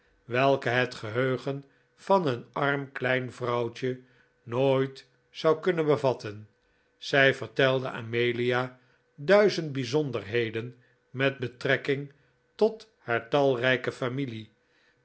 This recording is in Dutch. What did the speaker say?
welke het geheugen van een arm klein vrouwtje nooit zou kunnen bevatten zij vertelde amelia duizend bijzonderheden met betrekking tot haar talrijke familie